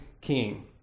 king